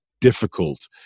difficult